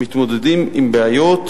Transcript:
מה יצא?